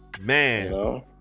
Man